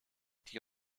die